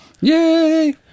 Yay